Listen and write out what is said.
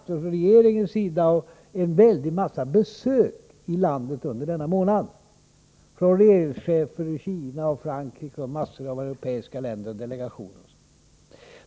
Regeringen har haft väldigt många besök under denna månad — regeringschefer från Kina, Frankrike och många europeiska länders delegationer.